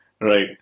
Right